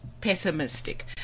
pessimistic